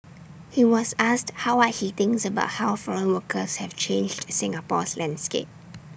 he was asked how are he thinks about how foreign workers have changed Singapore's landscape